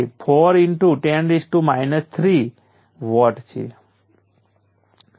તેથી તે બતાવવા માટે આ એક ઉદાહરણ છે અને ઈન્ડિપેન્ડેન્ટ વોલ્ટેજ સોર્સ પણ પાવરને શોષી શકે છે